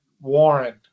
Warren